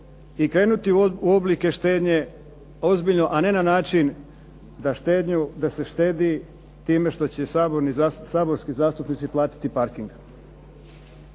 i krenuti u oblike štednje ozbiljno, a ne na način da se štedi time što će saborski zastupnici platiti parking.